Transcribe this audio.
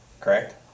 correct